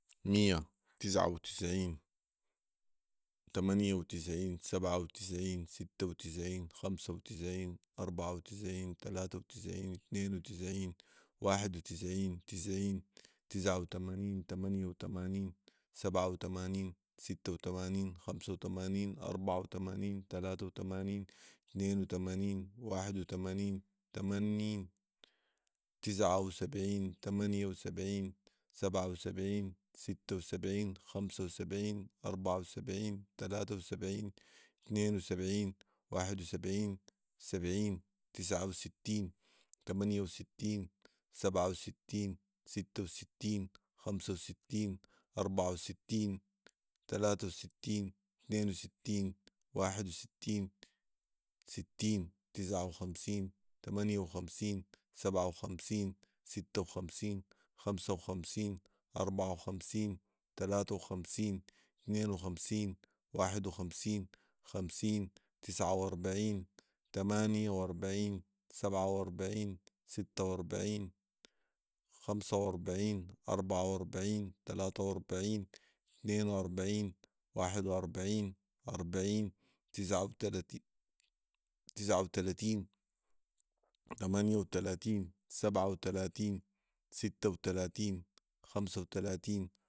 مية ، تسعه وتسعين ، تمانيه وتسعين ، سبعه وتسعين ، سته وتسعين ، خمس وتسعين ، اربعه وتسعين ، تلاته وتسعين ، اتنين وتسعين ، واحد وتسعين ، تسعين ، تسعه وتمانين ، تمانيه وتمانين ، سبعه وتمانين ، سته وتمانين ، خمسه وتمانين ، اربعه وتمانين ، تلاته وتمانين ، اتنين وتمانين ، واحد وتمانين ، تمانين ، تسعه وسبعين ، تمانيه وسبعين ، سبعه وسبعين ، سته وسبعين ، خمسه وسبعين ، اربعه وسبعين ، تلاته وسبعين ، اتنين وسبعين ، واحد وسبعين ، سبعين ، تسعه وستين ، تمانيه وستين ، سبعه وستين ، سته وستين ، خمس وستين ، اربعه وستين ، تلاته وستين ، اتنين وستين ، واحد وستين ، ستين ، تسعه وخمسين ، تمانيه وخمسين ، سبعه وخمسين ، سته وخمسين ، خمسه وخمسين ، اربعه وخمسين ، تلاته وخمسين ، اتنين وخمسين ، واحد وخمسين ، خمسين ، تسعه واربعين ، تمانيه واربعين ، سبعه واربعين ، سته واربعين ، خمسه واربعين ، اربعه واربعين ، تلاته واربعين ، اتنين واربعين ، واحد واربعين ، اربعين ،> تسعه وتلاتين ، تمانيه وتلاتين ، سبعه وتلاتين ، سته وتلاتين ، خمسه وتلاتين